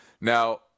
Now